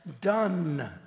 done